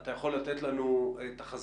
אתה יכול לתת לנו תחזית